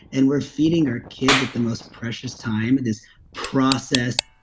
and we're feeding our kids at the most precious time this processed,